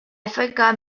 forgot